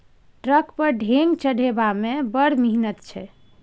truck पर ढेंग चढ़ेबामे बड़ मिहनत छै